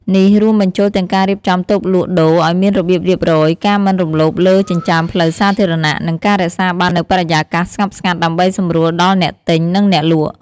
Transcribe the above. នេះរួមបញ្ចូលទាំងការរៀបចំតូបលក់ដូរឱ្យមានរបៀបរៀបរយ ការមិនរំលោភលើចិញ្ចើមផ្លូវសាធារណៈ និងការរក្សាបាននូវបរិយាកាសស្ងប់ស្ងាត់ដើម្បីសម្រួលដល់អ្នកទិញ និងអ្នកលក់។